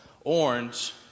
orange